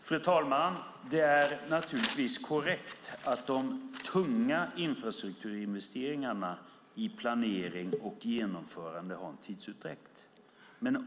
Fru talman! Det är naturligtvis korrekt att de tunga infrastrukturinvesteringarna i planering och genomförande har en tidsutdräkt.